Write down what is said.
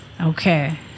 okay